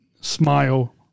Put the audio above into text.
smile